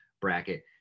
bracket